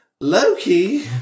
Loki